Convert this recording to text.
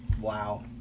Wow